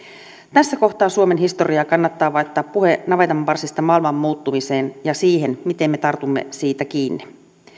tässä kohtaa suomen historiaa kannattaa vaihtaa puhe navetanparsista maailman muuttumiseen ja siihen miten me tartumme siitä kiinni